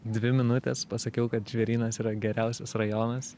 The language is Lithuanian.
dvi minutes pasakiau kad žvėrynas yra geriausias rajonas